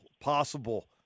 possible